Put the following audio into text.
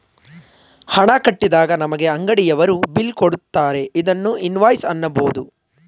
ಹಣ ಕಟ್ಟಿದಾಗ ನಮಗೆ ಅಂಗಡಿಯವರು ಬಿಲ್ ಕೊಡುತ್ತಾರೆ ಇದನ್ನು ಇನ್ವಾಯ್ಸ್ ಅನ್ನಬೋದು